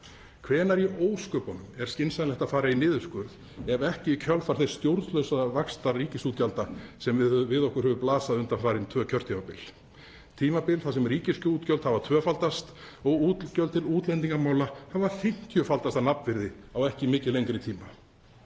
Hvenær í ósköpunum er skynsamlegt að gera slíkt ef ekki í kjölfar þess stjórnlausa vaxtar ríkisútgjalda sem við okkur hefur blasað undanfarin tvö kjörtímabil, tímabil þar sem ríkisútgjöld hafa tvöfaldast og útgjöld til útlendingamála hafa fimmtíufaldast að nafnvirði á ekki mikið lengri tíma?